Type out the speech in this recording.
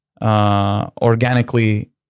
Organically